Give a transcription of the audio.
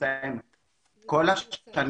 ממנו באו.